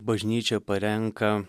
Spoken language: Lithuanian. bažnyčia parenka